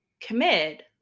commit